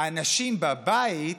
אנשים בבית,